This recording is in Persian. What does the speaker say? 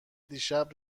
دیشب